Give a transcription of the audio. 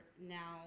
now